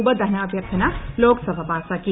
ഉപധനാഭൃർത്ഥന ലോക്സഭ പാസാക്കി